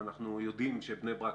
אנחנו יודעים שבני ברק,